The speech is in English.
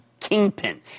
kingpin